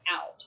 out